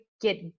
get